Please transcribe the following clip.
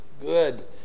good